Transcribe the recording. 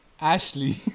Ashley